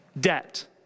debt